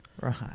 Right